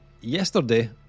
yesterday